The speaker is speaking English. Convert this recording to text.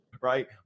right